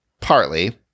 partly